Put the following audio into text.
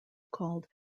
called